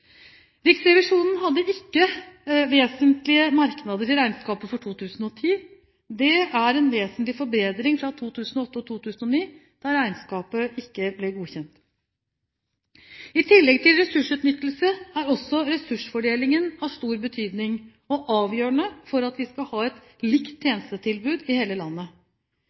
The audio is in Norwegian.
Riksrevisjonen hadde ikke vesentlige merknader til regnskapet for 2010. Det er en vesentlig forbedring fra 2008 og 2009, da regnskapet ikke ble godkjent. I tillegg til ressursutnyttelse er også ressursfordelingen av stor betydning og avgjørende for at vi skal ha et likt tjenestetilbud i hele landet.